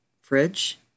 fridge